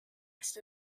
passed